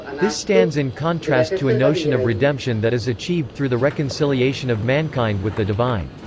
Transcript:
this stands in contrast to a notion of redemption that is achieved through the reconciliation of mankind with the divine.